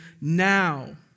now